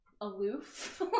Aloof